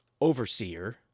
overseer